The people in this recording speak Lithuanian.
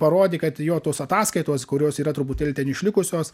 parodi kad jo tos ataskaitos kurios yra truputėlį ten išlikusios